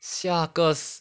下个